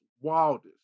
wildest